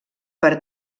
per